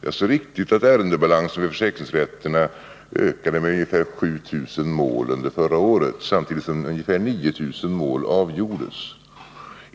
Det är riktigt att ärendebalanserna vid försäkringsrätterna ökade med ungefär 7 000 mål förra året samtidigt som ungefär 9 000 mål avgjordes.